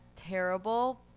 terrible